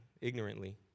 ignorantly